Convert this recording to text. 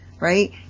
right